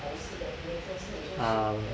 um